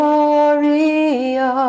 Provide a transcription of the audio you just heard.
Maria